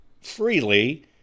freely